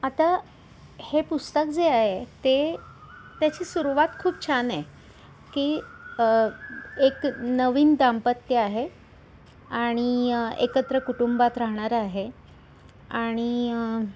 आता हे पुस्तक जे आहे ते त्याची सुरुवात खूप छान आहे की एक नवीन दाम्पत्य आहे आणि एकत्र कुटुंबात राहणारं आहे आणि